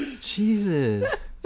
Jesus